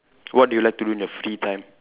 what do you like to do in your free time